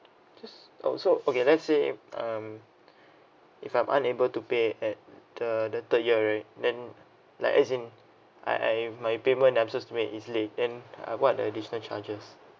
just oh so okay let's say um if I'm unable to pay at the the third year right then like as in I I my payment I'm supposed to make is late then uh what are the additional charges